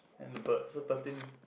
and the bird so thirteen